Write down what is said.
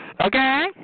Okay